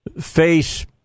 face